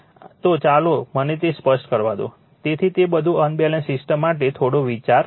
તો ચાલો મને તે સ્પષ્ટ કરવા દો જેથી તે બધું અનબેલેન્સ સિસ્ટમ માટે થોડો વિચાર છે